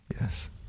Yes